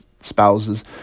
spouses